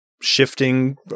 shifting